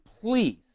please